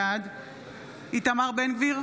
בעד איתמר בן גביר,